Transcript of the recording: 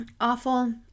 awful